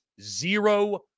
zero